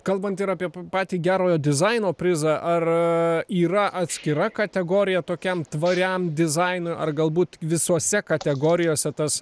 kalbant ir apie patį gerojo dizaino prizą ar yra atskira kategorija tokiam tvariam dizainui ar galbūt visose kategorijose tas